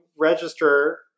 register